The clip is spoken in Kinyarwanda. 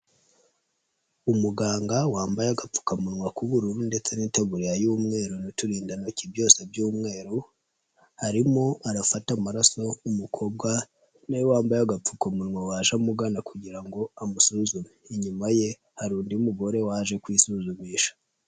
Umuganga wambaye agapfukamunwa k'ubururu ndetse n'itaburiya y'umweru n'uturindantoki byose by'umweru arimo arafata amaraso umukobwa nawe wambaye agapfukamunnwa waje amugana kugira ngo amusuzume inyuma ye hari undi mugore waje kwisuzumisha.